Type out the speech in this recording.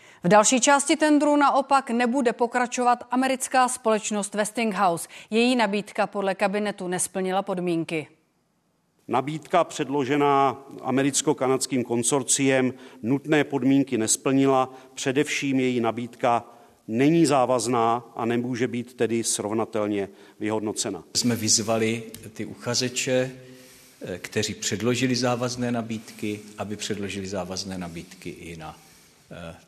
V další části tendru naopak nebude pokračovat americká společnost Westinghouse. Její nabídka podle kabinetu nesplnila podmínky. Nabídka předložená americko-kanadským konsorciem nutné podmínky nesplnila. Především její nabídka není závazná a nemůže být tedy srovnatelně vyhodnocena. Jsme vyzvali ty uchazeče, eh, kteří předložili závazné nabídky, aby předložili závazné nabídky i na, eh,